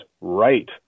right